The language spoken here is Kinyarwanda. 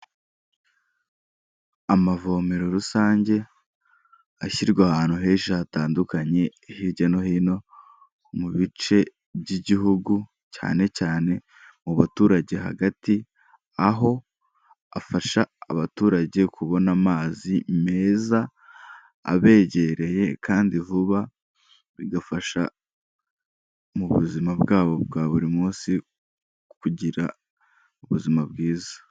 Amavomero rusange, ashyirwa ahantu henshi hatandukanye hirya no hino mu bice by'igihugu, cyane cyane mu baturage hagati, aho afasha abaturage kubona amazi meza, abegereye kandi vuba, bigafasha mu buzima bwabo bwa buri munsi, kugira ubuzima bwiza.